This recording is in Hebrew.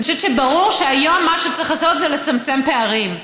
אני חושבת שברור שהיום מה שצריך לעשות זה לצמצם פערים,